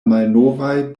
malnovaj